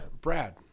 brad